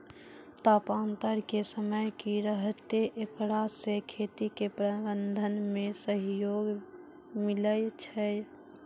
तापान्तर के समय की रहतै एकरा से खेती के प्रबंधन मे सहयोग मिलैय छैय?